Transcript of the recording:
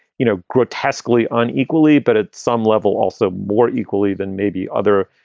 you know, grotesquely unequally, but at some level also more equally than maybe other,